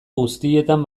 guztietan